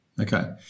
Okay